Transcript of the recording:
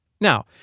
Now